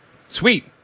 Sweet